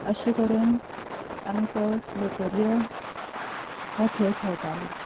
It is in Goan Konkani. अशे करून आमी लगोर्यो हो खेळ खेळटाली